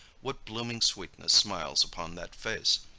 what blooming sweetness smiles upon that face!